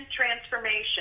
transformation